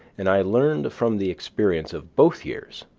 and i learned from the experience of both years,